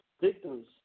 victims